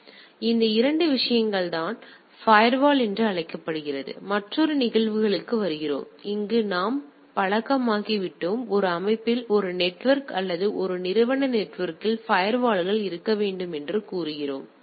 எனவே இந்த 2 விஷயங்கள் தான் ஃபயர்வால் என்று அழைக்கப்படும் மற்றொரு நிகழ்வுகளுக்கு வருகிறோம் இங்கு நாம் பழக்கமாகிவிட்டோம் ஒரு அமைப்பில் ஒரு நெட்வொர்க் அல்லது ஒரு நிறுவன நெட்வொர்க்கில் ஃபயர்வால்கள் இருக்க வேண்டும் என்று கூறுகிறோம்